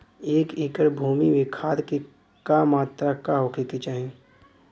एक एकड़ भूमि में खाद के का मात्रा का होखे के चाही?